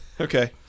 Okay